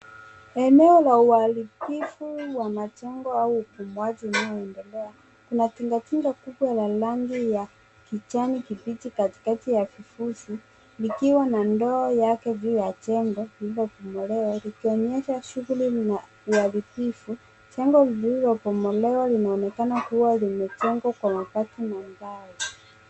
Eneo la uharibifu wa majengo au ubomoaji unaendelea. Kuna tingatinga kubwa ya rangi la kijani kibichi katikati ya vifusi likiwa na ndoo yake juu ya jengo lililo bomolewa likionyesha shughuli ya uharibifu . Jengo lililo bomolewa linaonekana kuwa limejengwa kwa wakati mbaya.